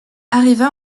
arriva